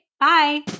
Bye